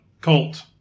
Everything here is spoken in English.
Colt